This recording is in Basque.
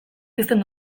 pizten